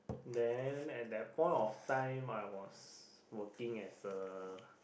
then at that point of time I was working as a